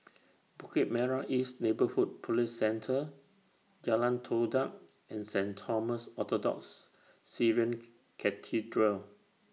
Bukit Merah East Neighbourhood Police Centre Jalan Todak and Saint Thomas Orthodox Syrian Cathedral